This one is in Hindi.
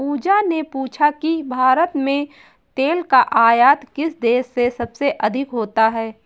पूजा ने पूछा कि भारत में तेल का आयात किस देश से सबसे अधिक होता है?